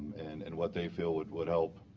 and and what they feel would would help